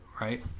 right